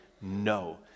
no